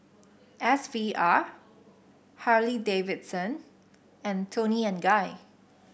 S V R Harley Davidson and Toni and Guy